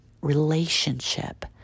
relationship